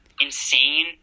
insane—